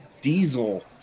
diesel